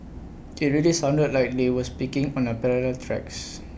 IT really sounded like they were speaking on A parallel tracks